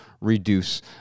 reduce